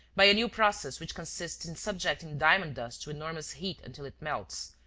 by a new process which consists in subjecting diamond-dust to enormous heat until it melts.